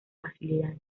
facilidad